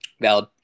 Valid